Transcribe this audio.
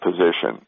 position